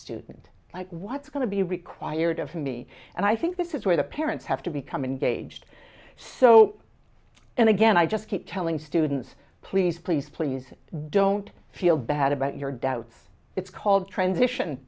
student like what's going to be required of me and i think this is where the parents have to become engaged so and again i just keep telling students please please please don't feel bad about your doubts it's called transition